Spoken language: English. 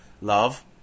love